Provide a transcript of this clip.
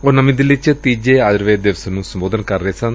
ਉਹ ਨਵੀਂ ਦਿੱਲੀ ਚ ਤੀਜੇ ਆਯੁਰਵੇਦ ਦਿਵਸ ਨੂੰ ਸੰਬੋਧਨ ਕਰ ਰਹੇ ਸਨ